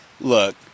Look